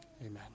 Amen